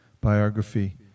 biography